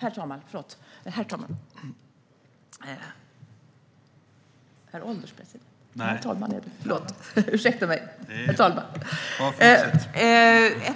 Det är ett